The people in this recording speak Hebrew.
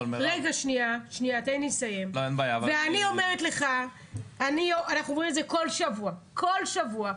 אנחנו עוברים את זה כל שבוע, כל שבוע.